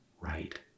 right